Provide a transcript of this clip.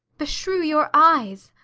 beshrew your eyes,